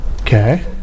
Okay